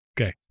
Okay